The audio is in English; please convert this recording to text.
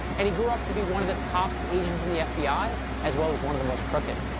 and he grew up to be one of the top agents in the fbi, as well as one of the most crooked.